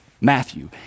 Matthew